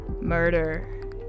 murder